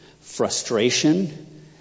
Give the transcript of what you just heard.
frustration